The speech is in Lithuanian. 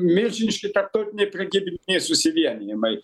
milžiniški tarptautiniai prekybiniai susivienijimai